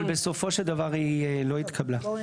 אבל בסופו של דבר היא לא התקבלה.